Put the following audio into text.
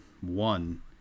one